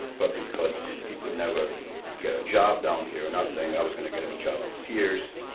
but because he could never get a job down here or nothing, i was gonna get him a job at sears.